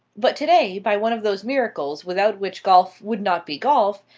but today, by one of those miracles without which golf would not be golf,